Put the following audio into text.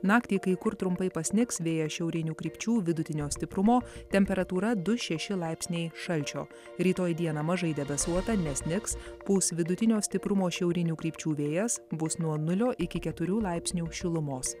naktį kai kur trumpai pasnigs vėjas šiaurinių krypčių vidutinio stiprumo temperatūra du šeši laipsniai šalčio rytoj dieną mažai debesuota nesnigs pūs vidutinio stiprumo šiaurinių krypčių vėjas bus nuo nulio iki keturių laipsnių šilumos